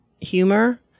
humor